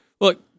look